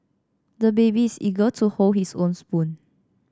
the baby is eager to hold his own spoon